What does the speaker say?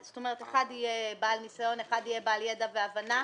יכול להיות אדם שהוא בעל ידע בתחום ואנחנו סבורים